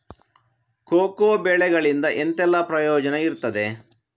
Cocoa ಬೆಳೆಗಳಿಂದ ಎಂತೆಲ್ಲ ಪ್ರಯೋಜನ ಇರ್ತದೆ?